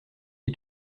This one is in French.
t’y